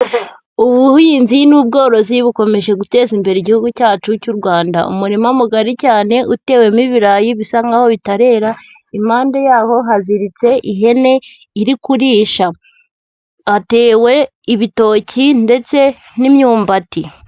Ubuhinzi n'ubworozi bukomeje guteza imbere Igihugu cyacu cy'u Rwanda, umurima mugari cyane utewemo ibirayi bisa nk'aho bitarera, impande yaho haziritse ihene iri kurisha, hatewe ibitoki ndetse n'imyumbati.